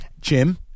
Jim